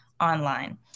online